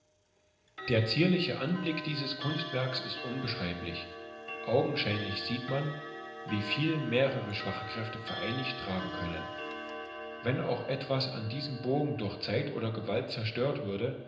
der zierliche anblick dieses kunstwerks ist unbeschreiblich augenscheinlich sieht man wie viel mehrere schwache kräfte vereinigt tragen können wenn auch etwas an diesen bogen durch zeit oder gewalt zerstört würde